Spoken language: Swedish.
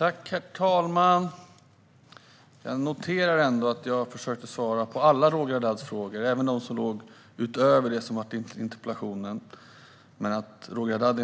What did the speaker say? Herr talman! Jag noterar ändå att jag försökte svara på alla Roger Haddads frågor, även de frågor som låg utöver det som interpellationen handlade om. Men Roger Haddad